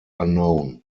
unknown